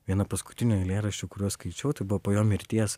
vieną paskutinių eilėraščių kuriuos skaičiau tai buvo po jo mirties